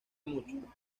mucho